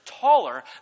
taller